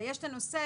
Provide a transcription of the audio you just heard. ויש את הנושא,